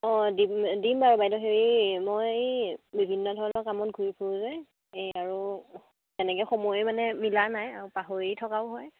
অঁ দি দিম বাৰু বাইদেউ হেৰি মই বিভিন্ন ধৰণৰ কামত ঘূৰি ফূৰো যে এই আৰু তেনেকে সময়ে মানে মিলা নাই আৰু পাহৰি থকাও হয়